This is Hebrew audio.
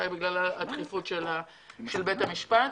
וגם בגלל הדחיפות של בית המשפט,